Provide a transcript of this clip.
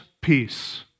peace